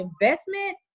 investment